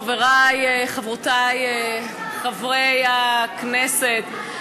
חברי וחברותי חברי הכנסת,